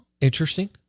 interesting